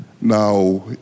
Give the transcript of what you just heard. Now